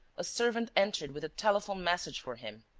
a servant entered with a telephone message for him.